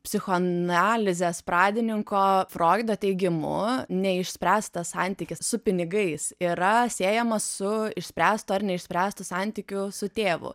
psichoanalizės pradininko froido teigimu neišspręstas santykis su pinigais yra siejamas su išspręstu ar neišspręstu santykiu su tėvu